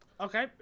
Okay